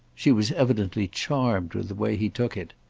she was evidently charmed with the way he took it.